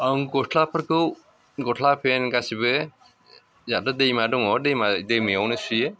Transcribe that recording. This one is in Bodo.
आं गस्लाफोरखौ गस्ला पेन्ट गासैबो जोंहाथ' दैमा दङ दैमायावनो सुयो